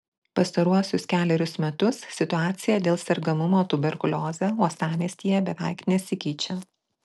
pastaruosius kelerius metus situacija dėl sergamumo tuberkulioze uostamiestyje beveik nesikeičia